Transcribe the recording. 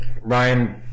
Ryan